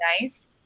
nice